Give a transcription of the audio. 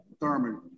Thurman